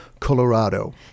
Colorado